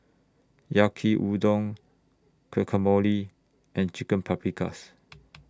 Yaki Udon Guacamole and Chicken Paprikas